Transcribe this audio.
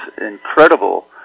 incredible